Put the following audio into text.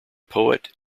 poet